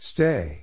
Stay